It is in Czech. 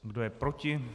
Kdo je proti?